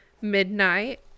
Midnight